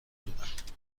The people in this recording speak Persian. بودند